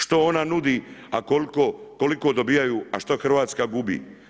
Što ona nudi, a koliko dobivaju, a što Hrvatska gubi?